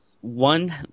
one